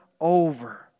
over